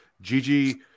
Gigi